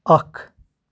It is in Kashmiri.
اکھ